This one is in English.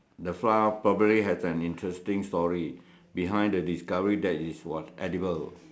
the flour probably has an interesting story behind the discovery that it was edible